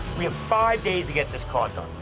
we have five days to get this car done.